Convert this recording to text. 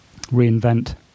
reinvent